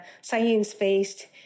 science-based